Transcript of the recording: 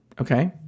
okay